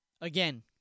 again